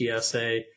TSA